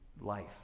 life